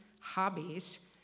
hobbies